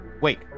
Wait